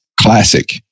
classic